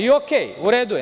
Ok, u redu je.